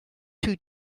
two